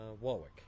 Warwick